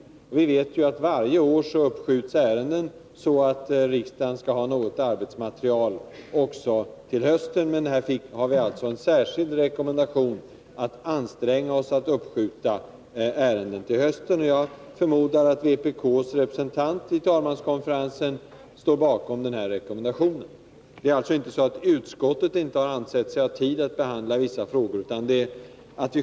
Vi vet att ärenden skjuts upp varje år så att riksdagen skall ha något arbetsmaterial också på hösten, men här fick vi alltså en särskild rekommendation att anstränga oss att uppskjuta ärenden. Jag förmodar att vpk:s representant i talmanskonferensen står bakom rekommendationen. Det är alltså inte så att utskottet inte har ansett sig ha tid att behandla vissa frågor.